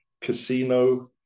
casino